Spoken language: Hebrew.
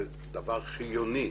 זה דבר חיוני